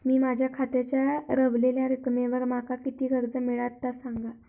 मी माझ्या खात्याच्या ऱ्हवलेल्या रकमेवर माका किती कर्ज मिळात ता सांगा?